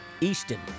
Easton